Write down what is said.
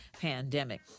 pandemic